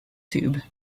tube